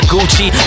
Gucci